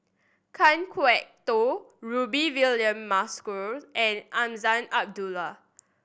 Kan Kwok Toh Rudy William Mosbergen and Azman Abdullah